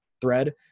thread